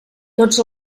tots